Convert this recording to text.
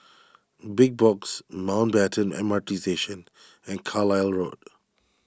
Big Box Mountbatten M R T Station and Road